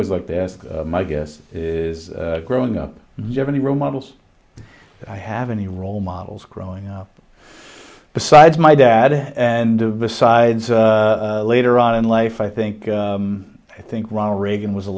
would like to my guess is growing up you have any role models i have any role models growing up besides my dad and of besides later on in life i think i think ronald reagan was a